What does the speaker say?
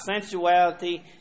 sensuality